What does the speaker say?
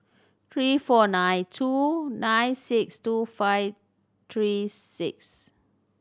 three four nine two nine six two five three six